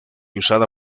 usada